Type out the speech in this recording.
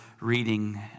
reading